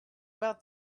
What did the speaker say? about